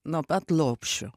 nuo pat lopšio